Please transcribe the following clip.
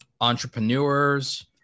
entrepreneurs